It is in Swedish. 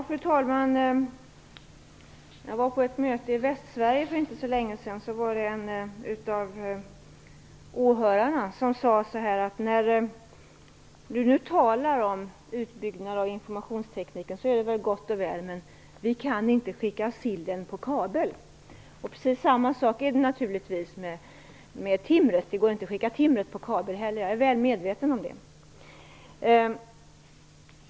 Fru talman! Jag var på ett möte i Västsverige för inte så länge sedan. En av åhörarna sade då till mig: Du talar om utbyggnad av informationstekniken, och det är väl gott och väl, men vi kan inte skicka sillen på kabel. Precis samma sak är det naturligtvis med timret. Det går inte heller att skicka timmer på kabel. Jag är väl medveten om det.